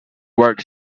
work